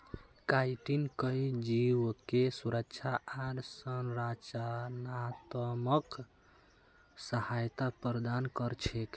chitin कई जीवके सुरक्षा आर संरचनात्मक सहायता प्रदान कर छेक